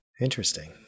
Interesting